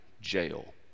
jail